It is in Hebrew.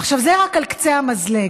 עכשיו, זה רק על קצה המזלג.